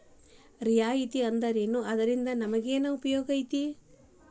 ರಿಯಾಯಿತಿ ಅಂದ್ರೇನು ಅದ್ರಿಂದಾ ನಮಗೆನ್ ಉಪಯೊಗೈತಿ?